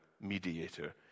mediator